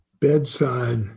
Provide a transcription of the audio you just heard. Bedside